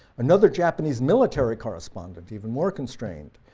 another japanese military correspondent, even more constrained,